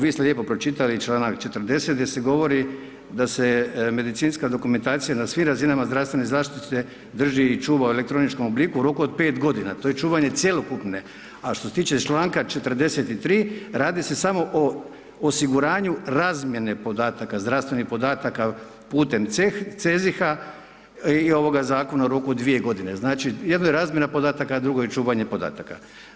Vi ste lijepo pročitali čl. 40. gdje se govori da se medicinska dokumentacija na svim razinama zdravstvene zaštite drži i čuva u elektroničkom obliku u roku od 5 g. to je čuvanje cjelokupne, a što se tiče čl. 43. radi se samo o osiguranju razmjene podataka, zdravstvenih podataka putem CEH, CEZIH i ovoga zakona u roku od 2 g. Znači jednoj je razmjena podataka, a drugo je čuvanje podataka.